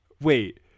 Wait